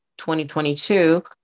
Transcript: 2022